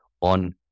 on